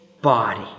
body